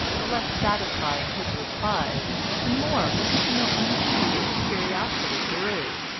the less satisfying his replies, the more mrs. milton-cleave's curiosity grew.